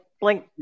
blink